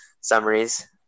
summaries